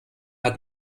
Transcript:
hat